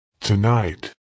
Tonight